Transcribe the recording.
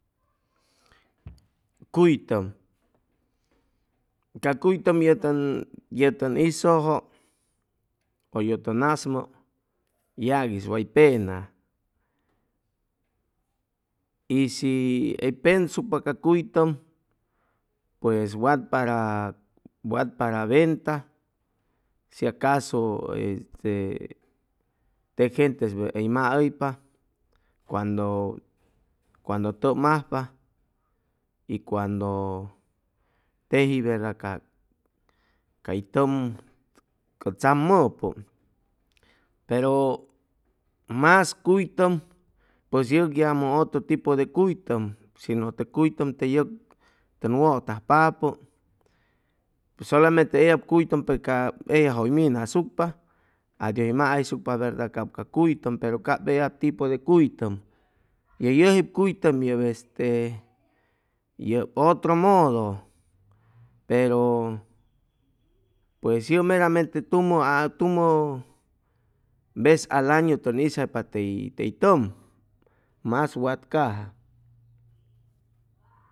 Cuytʉm ca cuytʉm ye tʉn tʉn hizʉjʉ ʉ ye tʉn nasmʉ yaguis way pena ishi hʉy pensucpa ca cuytʉm pues wat para wat para venta shia casu este teg gentes hʉy maʉypa cuando cuando tʉm ajpa y cuando teji verda ca cay tʉm ca tzamʉpʉ pero mas cuytʉm pues yʉg yamʉ otro tipo de cuytʉm shinʉ te cuytʉm te yʉg tʉn wʉtajpapʉ solamente eyab cuytʉm pe ca eyajʉ hʉy minasucpa adios hʉy mahʉyshucpa verda cap ca cuytʉm pero cap eyab tipo de cuytʉm ye yʉjip cuytʉm este yʉp otro modo pues yʉp meramente a tumʉ tumʉ vez al añu tʉn isjaypa tey tʉm mas watcaja